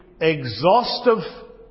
exhaustive